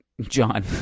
John